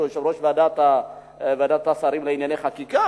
של יושב-ראש ועדת השרים לענייני חקיקה,